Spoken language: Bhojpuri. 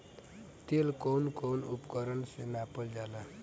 तेल कउन कउन उपकरण से नापल जाला?